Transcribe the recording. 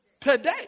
today